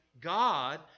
God